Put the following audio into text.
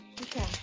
Okay